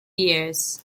years